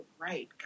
right